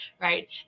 right